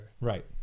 Right